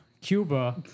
Cuba